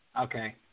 Okay